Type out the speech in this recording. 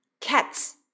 cats